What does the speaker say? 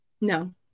No